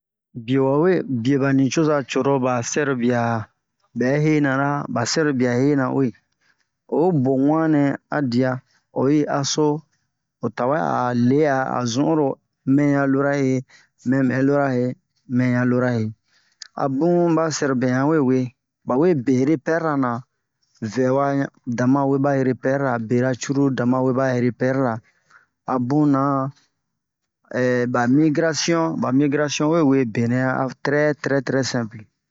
bio wa we bie ba nicoza coro ba sɛrobia bɛ henara ba sɛrobia hena uwe o bo wan nɛ a dia oyi aso o tawɛ a le'a a zun oro mɛ'a lora he mɛ bɛ lora he mɛ'a lora he a bun ba sɛrobia yan we we ba we be repɛr ra na vɛwa ɲa dama we ba repɛr ra bera cruru dama we ba repɛr ra a buna ba migrasion ba migrasion we we benɛ a trɛ trɛ simple